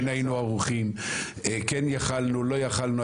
כן יכולנו, לא יכולנו.